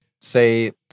say